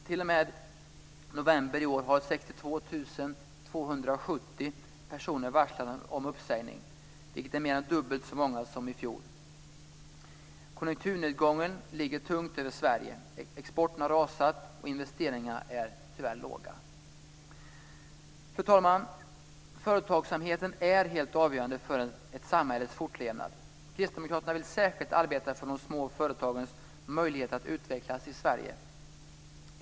T.o.m. november i år har 62 270 personer varslats om uppsägning, vilket är mer än dubbelt så många som i fjol. Konjunkturnedgången ligger tung över Sverige. Exporten har rasat, och investeringarna är tyvärr få. Fru talman! Företagsamheten är helt avgörande för ett samhälles fortlevnad. Kristdemokraterna vill särskilt arbeta för de små företagens möjligheter att utvecklas i Sverige.